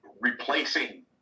replacing